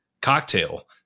cocktail